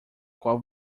qual